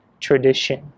tradition